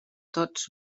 tots